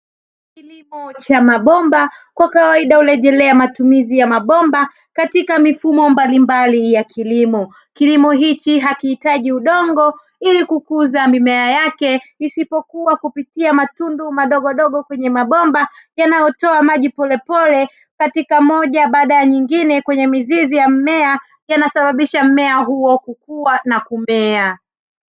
Kilimo cha mabomba kwa kawaidia hurejelea matumizi ya mabomba katika mifumo mbalimbali ya kilimo. Kilimo hiki hakihitaji udongo yanasababisha mmea huo kukua na kumea.